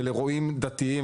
של אירועים דתיים,